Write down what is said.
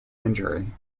injury